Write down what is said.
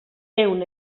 ehun